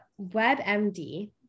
WebMD